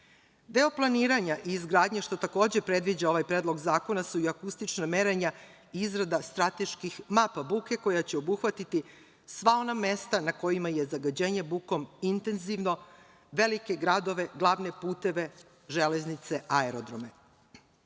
planiranja i izgradnje, što takođe predviđa ovaj predlog zakona, su i akustična merenja i izrada strateških mapa buke koja će obuhvatiti sva ona mesta na kojima je zagađenje bukom intenzivno, velike gradove, glavne puteve, železnice, aerodrome.U